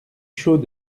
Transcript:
chaud